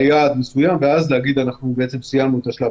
הוועדה הן בהתקיים נסיבות חיצוניות לא צפויות.